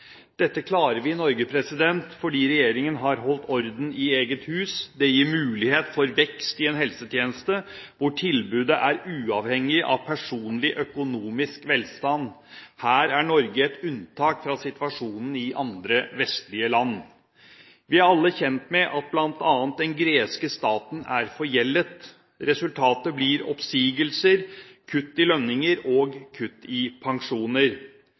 Dette klarer vi i Norge fordi regjeringen har holdt orden i eget hus. Det gir mulighet for vekst i en helsetjeneste hvor tilbudet er uavhengig av personlig økonomisk velstand. Her er Norge et unntak fra situasjonen i andre vestlige land. Vi er alle kjent med at bl.a. den greske staten er forgjeldet. Resultatet blir oppsigelser, kutt i lønninger og kutt i pensjoner.